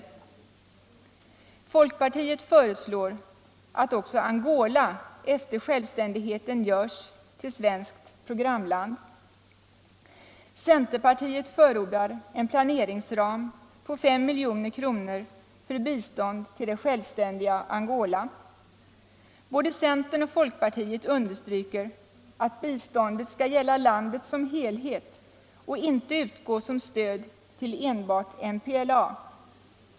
Folkpartiet föreslår att också Angola efter självständigheten görs till svenskt programland. Centerpartiet förordar en planeringsram på 5 milj.kr. för bistånd till det självständiga Angola. Både centern och folkpartiet understryker att biståndet skall gälla landet som helhet och inte utgå som stöd till enbart MPLA.